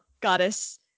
Goddess